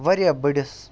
واریاہ بٔڑس